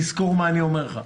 תזכור את מה שאני אומר לך,